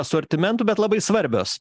asortimentų bet labai svarbios